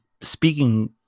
speaking